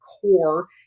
core